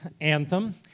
Anthem